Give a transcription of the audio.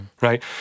right